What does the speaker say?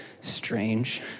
strange